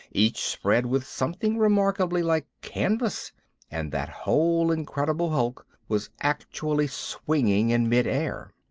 each spread with something remarkably like canvas and that whole incredible hulk was actually swinging in mid air!